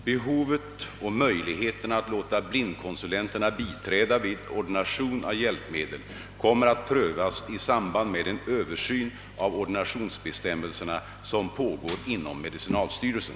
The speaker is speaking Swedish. Behovet och möjligheterna att låta blindkonsulenterna biträda vid ordination av hjälpmedel kommer att prövas i samband med en översyn av ordinationsbestämmelserna som pågår inom medicinalstyrelsen.